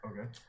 Okay